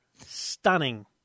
stunning